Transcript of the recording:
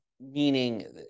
meaning